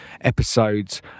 episodes